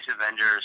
Avengers